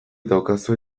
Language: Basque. daukazue